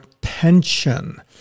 pension